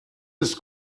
ist